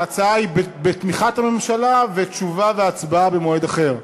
ההצעה תועבר לגיבוש בוועדת החוקה,